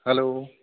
hello